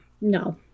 No